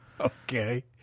Okay